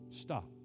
Stop